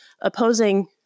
opposing